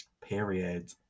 Period